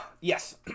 Yes